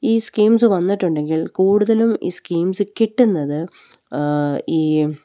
ഈ സ്കീംസ് വന്നിട്ടുണ്ടെങ്കിലും കൂടുതലും ഈ സ്കീംസ് കിട്ടുന്നത് ഈ